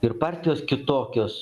ir partijos kitokios